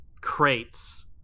crates